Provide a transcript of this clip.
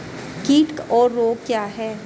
कीट और रोग क्या हैं?